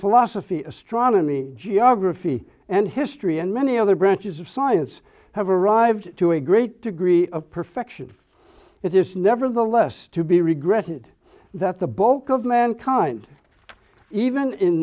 philosophy astronomy geography and history and many other branches of science have arrived to a great degree of perfection it is nevertheless to be regretted that the bulk of mankind even in